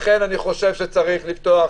לכן אני חושב שצריך לפתוח